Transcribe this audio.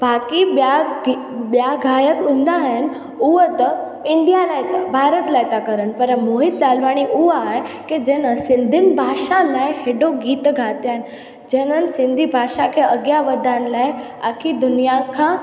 बाक़ी ॿिया गायक हूंदा आहिनि उहे त इंडिया लाइ भारत लाइ था कनि पर मोहित लालवाणी उहो आहे जिन सिंधियुनि भाषा लाइ गीत ॻाया आहिनि जिन्हनि सिंधी भाषा खे अॻियां वधाइण लाइ आखी दुनिया खां